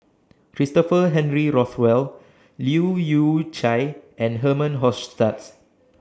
Christopher Henry Rothwell Leu Yew Chye and Herman Hochstadt